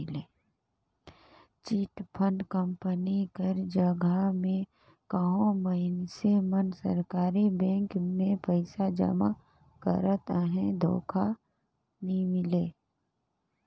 chit fund company कर जगहा में कहों मइनसे मन सरकारी बेंक में पइसा जमा करत अहें धोखा नी मिले